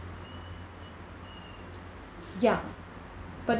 ya but it's